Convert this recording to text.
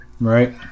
right